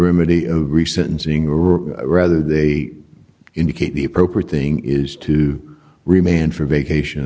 route rather they indicate the appropriate thing is to remain for vacation